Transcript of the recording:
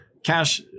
Cash